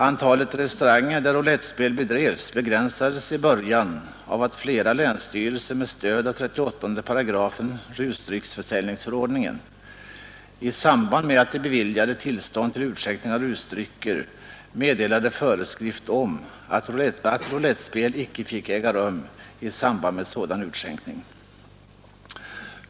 Antalet restauranger där roulettspel bedrevs begränsades i början av att flera länsstyrelser med stöd av 38 § rusdrycksförsäljningsförordningen i samband med att de beviljade tillstånd till utskänkning av rusdrycker meddelade föreskrift om att roulettspel icke fick äga rum i samband med sådan utskänkning.